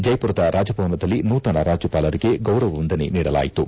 ಜೈಪುರದ ರಾಜಭವನದಲ್ಲಿ ನೂತನ ರಾಜ್ಯಪಾಲರಿಗೆ ಗೌರವ ವಂದನೆ ನೀಡಲಾಯಿತು